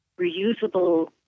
reusable